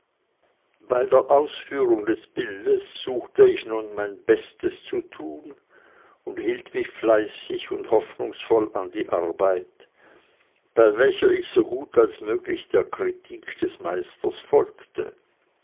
bei der ausführung des bildes suchte ich nun mein bestes zu tun und hielt mich fleißig und hoffnungsvoll an die arbeit bei welcher ich so gut als möglich der kritik des meisters folgte